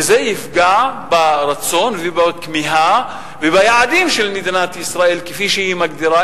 ויפגע ברצון ובכמיהה וביעדים של מדינת ישראל כפי שהיא מגדירה